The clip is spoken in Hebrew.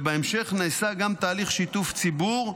בהמשך נעשה גם תהליך שיתוף ציבור,